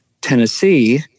Tennessee